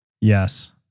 Yes